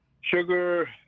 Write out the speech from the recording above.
Sugar